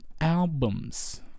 albums